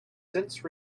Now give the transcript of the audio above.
since